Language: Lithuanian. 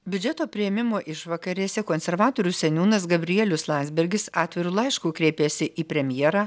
biudžeto priėmimo išvakarėse konservatorių seniūnas gabrielius landsbergis atviru laišku kreipėsi į premjerą